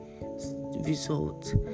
result